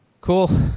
Cool